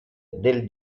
del